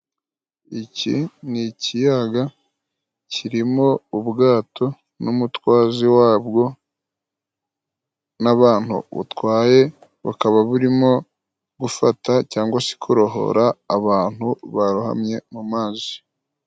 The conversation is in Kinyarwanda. Iki ni ikiyaga kirimo ubwato n'umutwazi wabwo n'abantu butwaye, bukaba burimo gufata cyangwa se kurohora abantu barohamye mu mazi.